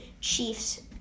Chiefs